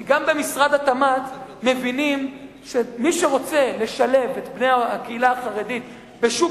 כי גם במשרד התמ"ת מבינים שמי שרוצה לשלב את בני הקהילה החרדית בשוק